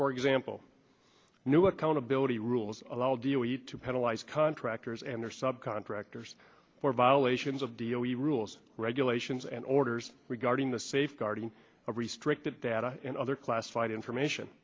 for example new accountability rules allow do you eat to penalize contractors and or sub contractors for violations of dealy rules regulations and orders regarding the safeguarding of restricted data and other classified information